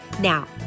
Now